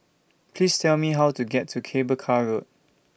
Please Tell Me How to get to Cable Car Road